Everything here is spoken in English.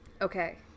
Okay